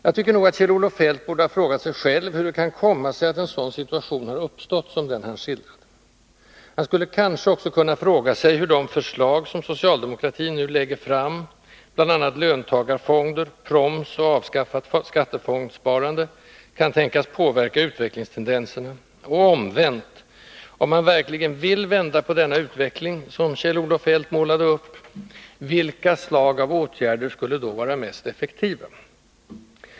Jag tycker nog att Kjell-Olof Feldt borde ha frågat sig själv, hur det kan komma sig att en sådan situation har uppstått, som den han skildrade. Han skulle kanske också kunna fråga sig hur de förslag som socialdemokratin nu lägger fram — bl.a. löntagarfonder, proms och avskaffat skattefondssparande — kan tänkas påverka utvecklingstendenserna, och omvänt: om man verkligen vill vända på denna utveckling som Kjell-Olof Feldt målade upp — vilka slag av åtgärder skulle då vara mest effektiva?